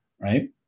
Right